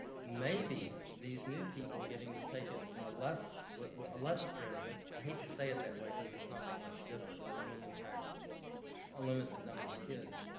maybe these new people getting to take it in a less like a less stringent, i hate to say it that way cause it's not that much different and it only impacts a limited number of kids.